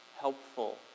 helpful